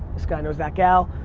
this guy knows that gal.